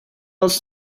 else